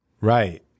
Right